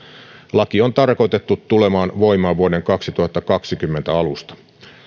laki on tarkoitettu tulemaan voimaan vuoden kaksituhattakaksikymmentä alusta